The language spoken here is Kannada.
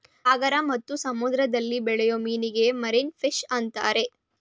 ಸಾಗರ ಮತ್ತು ಸಮುದ್ರದಲ್ಲಿ ಬೆಳೆಯೂ ಮೀನಿಗೆ ಮಾರೀನ ಫಿಷ್ ಅಂತರೆ